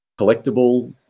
collectible